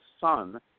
son